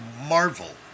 Marvel